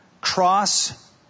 cross